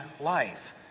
life